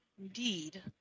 Indeed